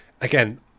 Again